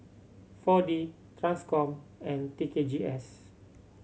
Four D Transcom and T K G S